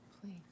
Please